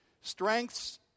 Strengths